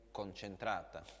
concentrata